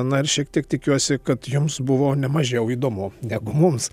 na ir šiek tiek tikiuosi kad jums buvo ne mažiau įdomu negu mums